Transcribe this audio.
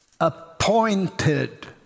appointed